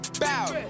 bow